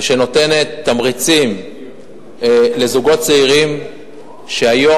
ונותנת תמריצים לזוגות צעירים שהיום